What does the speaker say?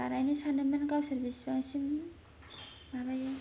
बानायनो सानदोंमोन गावसोरसो बिसिंबांसिम माबायो